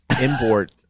import